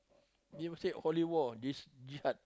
they'll say holy wall this gift art